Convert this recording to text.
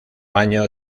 año